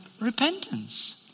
repentance